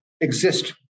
exist